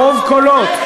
ברוב קולות,